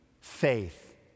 faith